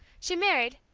she married,